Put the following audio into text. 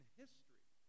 history